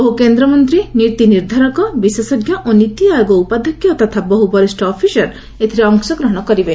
ବହୁ କେନ୍ଦ୍ରମନ୍ତ୍ରୀ ନୀତି ନିର୍ଦ୍ଧାରକ ବିଶେଷଜ୍ଞ ଓ ନୀତି ଆୟୋଗ ଉପାଧ୍ୟକ୍ଷ ତଥା ବହୁ ବରିଷ୍ଠ ଅଫିସର ଏଥିରେ ଅଂଶଗ୍ହଣ କରିବେ